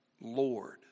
Lord